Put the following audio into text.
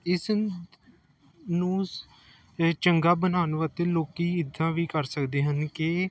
ਇਸ ਨ ਨੂੰ ਅ ਚੰਗਾ ਬਣਾਉਣ ਵਾਸਤੇ ਲੋਕ ਇੱਦਾਂ ਵੀ ਕਰ ਸਕਦੇ ਹਨ ਕਿ